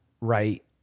right